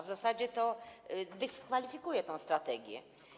W zasadzie to dyskwalifikuje tę strategię.